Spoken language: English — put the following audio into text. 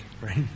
right